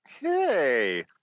Hey